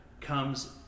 comes